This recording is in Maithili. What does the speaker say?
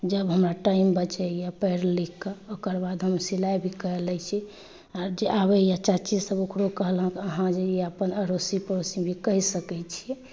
जब हमरा टाइम बचैया पैढ़ लिख कऽ ओकरबाद हम सिलाइ भी कर लै छी आर जे आबैया चाची सब ओकरो कहलहुॅं अहाँ जे यऽ अपन अरोसी पड़ोसी भी कहि सकै छी